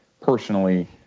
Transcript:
personally